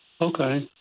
Okay